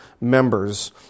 members